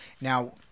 Now